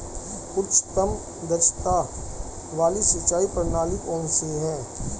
उच्चतम दक्षता वाली सिंचाई प्रणाली कौन सी है?